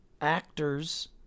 actors